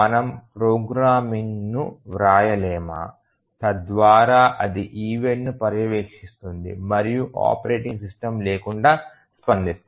మనము ప్రోగ్రామింగ్ను వ్రాయలేమా తద్వారా ఇది ఈవెంట్ను పర్యవేక్షిస్తుంది మరియు ఆపరేటింగ్ సిస్టమ్ లేకుండా స్పందిస్తుంది